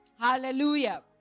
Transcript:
hallelujah